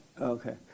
Okay